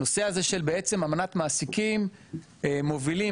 הנושא של אמנת מעסיקים מובילים,